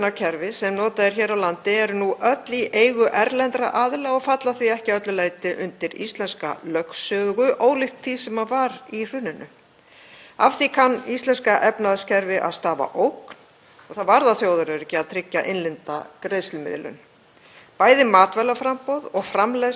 Af því kann íslensku efnahagskerfi að stafa ógn og það varðar þjóðaröryggi að tryggja innlenda greiðslumiðlun. Bæði matvælaframboð og framleiðsla er háð innflutningi aðfanga, svo sem fóðurs, áburðar og umbúða, og hvernig fiskveiðum yrði hagað ef olíubirgðir væru takmarkaðar.